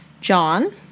John